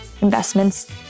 investments